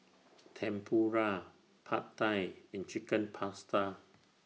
Tempura Pad Thai and Chicken Pasta